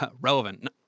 relevant